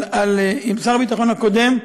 שר הביטחון הקודם,